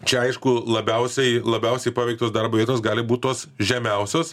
čia aišku labiausiai labiausiai paveiktos darbo vietos gali būt tos žemiausios